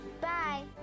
Bye